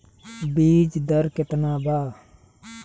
बीज दर केतना बा?